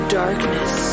darkness